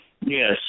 Yes